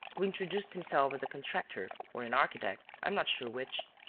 who introduced himself as a contractor. or an architect, i am not sure which.